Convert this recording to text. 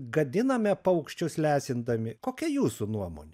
gadiname paukščius lesindami kokia jūsų nuomonė